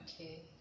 Okay